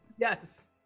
Yes